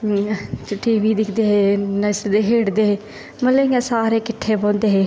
TV दिक्खदे हे मतलब खेढ़दे हे मतलब इंया सारे किट्ठे बौहंदे हे